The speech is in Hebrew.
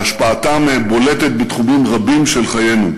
והשפעתם בולטת בתחומים רבים של חיינו.